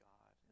God